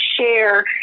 share